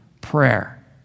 prayer